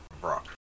Brock